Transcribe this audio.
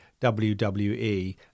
WWE